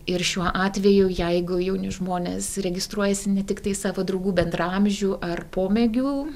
ir šiuo atveju jeigu jauni žmonės registruojasi ne tiktai savo draugų bendraamžių ar pomėgių